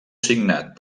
signat